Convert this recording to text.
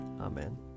Amen